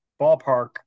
ballpark